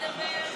אני מזכיר לכם.